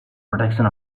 protection